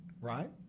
right